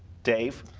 dave.